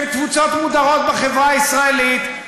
של קבוצות מודרות בחברה הישראלית.